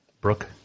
Brooke